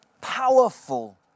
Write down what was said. powerful